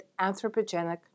anthropogenic